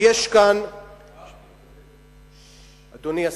אדוני השר,